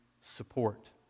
support